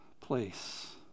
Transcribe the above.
place